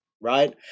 right